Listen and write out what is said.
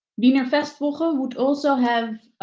wiener festwochen would also have